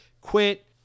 quit